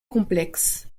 complexes